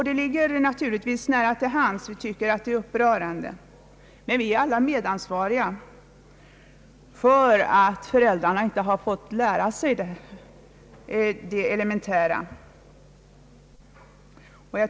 Det ligger naturligtvis nära till hands: vi tycker att det är upprörande. Men vi är alla medansvariga till att föräldrarna inte har fått lära sig det mest elementära.